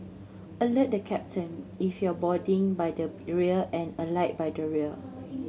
alert the captain if you're boarding by the rear and alight by the rear